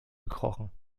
gekrochen